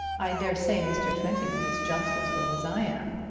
i dare say mr. twentyman is just as good as i am.